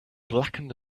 blackened